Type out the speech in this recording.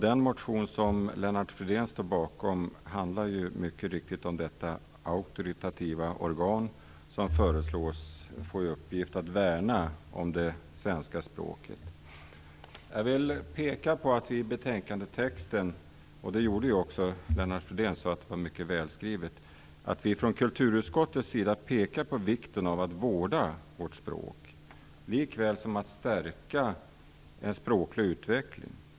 Den motion som Lennart Fridén står bakom handlar mycket riktigt om det auktoritativa organ som föreslås få uppgiften att värna det svenska språket. Jag vill påpeka att vi från kulturutskottets sida - Lennart Fridén tyckte att det var välskrivet - understryker vikten av att vårda vårt språk, likväl som att stärka en språklig utveckling.